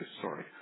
Sorry